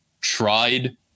tried